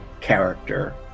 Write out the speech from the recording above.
character